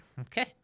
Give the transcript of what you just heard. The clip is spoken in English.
Okay